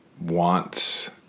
wants